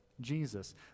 Jesus